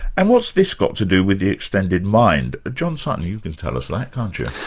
and what's this got to do with the extended mind? ah john sutton, you can tell us that, can't you?